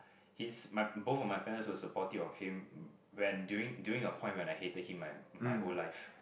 his my both of my parents were supportive of him when during during a point when I hated him my my whole life